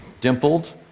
dimpled